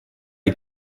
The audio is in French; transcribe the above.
est